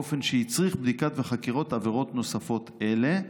באופן שהצריך בדיקה וחקירות עבירות נוספות אלה,